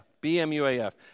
B-M-U-A-F